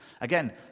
Again